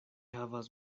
havas